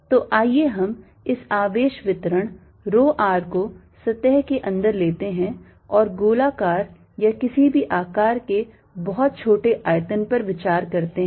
तो आइए हम इस आवेश वितरण rho r को सतह के अंदर लेते हैं और गोलाकार या किसी भी आकार के बहुत छोटे आयतन पर विचार करते हैं